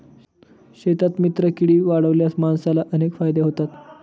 शेतात मित्रकीडी वाढवल्यास माणसाला अनेक फायदे होतात